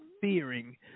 fearing